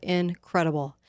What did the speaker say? incredible